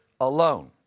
alone